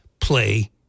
play